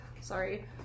sorry